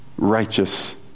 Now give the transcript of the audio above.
righteous